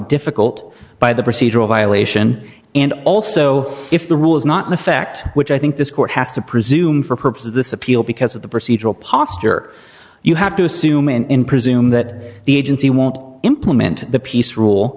difficult by the procedural violation and also if the rule is not in effect which i think this court has to presume for purposes of this appeal because of the procedural posture you have to assume in presume that the agency won't implement the peace rule